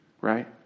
Right